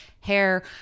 hair